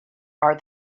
are